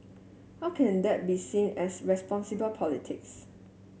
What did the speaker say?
how can that be seen as responsible politics